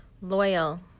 Loyal